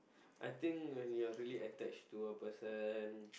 I think when you are really attached to a person